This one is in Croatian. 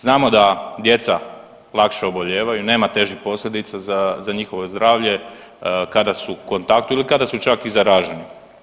Znamo da djeca lakše obolijevaju, nema težih posljedica za njihovo zdravlje kada su u kontaktu ili kada su čak i zaraženi.